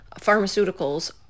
pharmaceuticals